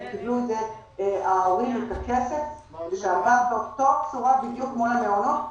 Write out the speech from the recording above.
הם קיבלו ההורים את הכסף --- בדיוק כמו המעונות,